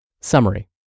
Summary